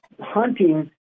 hunting